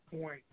point